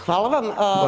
Hvala vam.